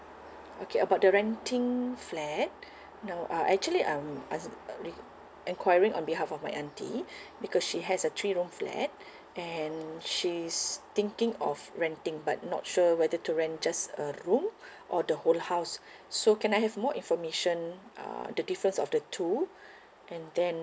okay about the renting flat no uh actually I'm ask~ uh re~ enquiring on behalf of my aunty because she has a three room flat and she's thinking of renting but not sure whether to rent just a room or the whole house so can I have more information uh the difference of the two and then